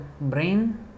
brain